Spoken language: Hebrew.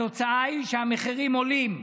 התוצאה היא שהמחירים עולים.